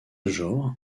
genre